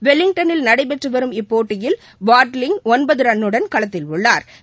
வெலிங்டனில் நடைபெற்று வரும் இப்போட்டியில் வாட்லிங் ஒன்பது ரன்னுடன் களத்தில் உள்ளா்